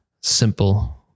simple